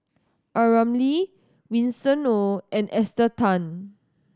A Ramli Winston Oh and Esther Tan